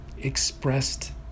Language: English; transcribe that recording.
expressed